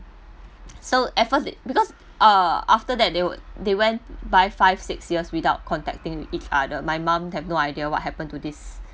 so at first t~ because uh after that they w~ they went by five six years without contacting with each other my mum have no idea what happened to this